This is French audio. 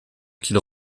qu’ils